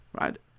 right